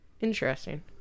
Interesting